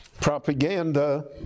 propaganda